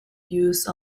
use